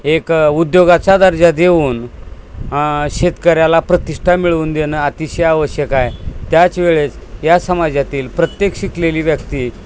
एक उद्योगाचा दर्जा देऊन शेतकऱ्याला प्रतिष्ठा मिळून देणं अतिशय आवश्यक आहे त्याच वेळेस या समाजातील प्रत्येक शिकलेली व्यक्ती